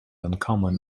uncommon